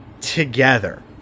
together